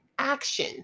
action